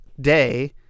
day